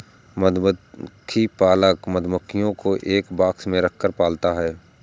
मधुमक्खी पालक मधुमक्खियों को एक बॉक्स में रखकर पालता है